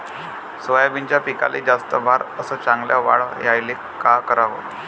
सोयाबीनच्या पिकाले जास्त बार अस चांगल्या वाढ यायले का कराव?